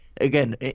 again